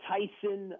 Tyson